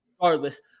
regardless